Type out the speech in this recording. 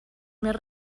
més